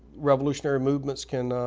revolutionary movements can